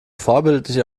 vorbildlich